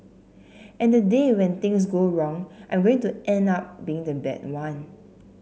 and the day when things go wrong I'm going to end up being the bad one